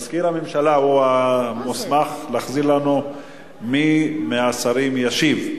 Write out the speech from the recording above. מזכיר הממשלה הוא המוסמך להחזיר לנו מי מהשרים ישיב.